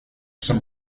some